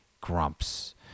grumps